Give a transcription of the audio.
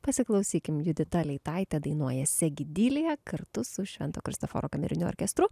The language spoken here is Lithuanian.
pasiklausykim judita leitaitė dainuoja segi dilija kartu su švento kristoforo kameriniu orkestru